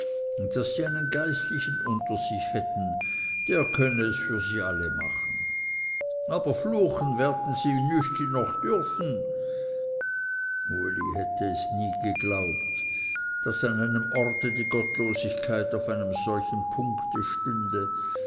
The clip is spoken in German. daß sie einen geistlichen unter sich hätten der könne es für sie alle machen aber fluchen werden sie nüsti doch dürfen uli hätte es nie geglaubt daß an einem orte die gottlosigkeit auf einem solchen punkte stünde